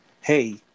hey